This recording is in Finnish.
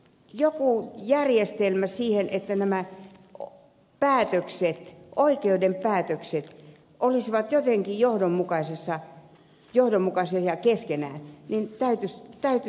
joku järjestelmä siihen että nämä päätökset oikeuden päätökset olisivat jotenkin johdonmukaisia keskenään täytyisi saada aikaan